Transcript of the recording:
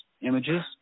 images